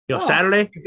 Saturday